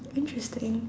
interesting